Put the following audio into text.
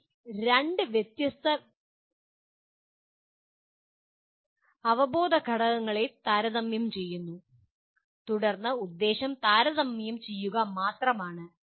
നിങ്ങൾ രണ്ട് വ്യത്യസ്ത അവബോധന ഘടകങ്ങളെ താരതമ്യം ചെയ്യുന്നു തുടർന്ന് ഉദ്ദേശ്യം താരതമ്യം ചെയ്യുക മാത്രമാണ്